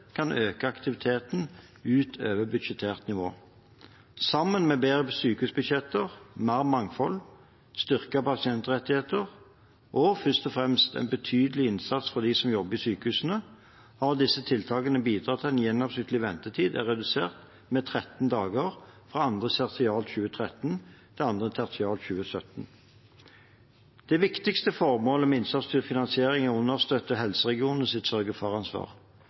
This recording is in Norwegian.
kan øke aktiviteten utover budsjettert nivå. Sammen med bedre sykehusbudsjetter, mer mangfold, styrkede pasientrettigheter og – først og fremst – en betydelig innsats fra dem som jobber i sykehusene, har disse tiltakene bidratt til at gjennomsnittlig ventetid er redusert med 13 dager fra 2. tertial 2013 til 2. tertial 2017. Det viktigste formålet med innsatsstyrt finansiering er